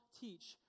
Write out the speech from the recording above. teach